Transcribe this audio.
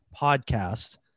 podcast